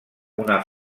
una